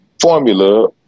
Formula